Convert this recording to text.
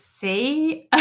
see